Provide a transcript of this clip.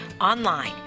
online